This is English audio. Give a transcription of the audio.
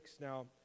Now